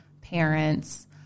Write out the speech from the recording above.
parents